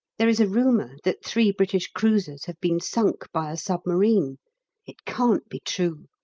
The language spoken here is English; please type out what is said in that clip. there is a rumour that three british cruisers have been sunk by a submarine it can't be true.